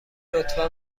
لطفا